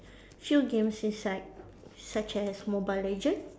few games inside such as mobile legend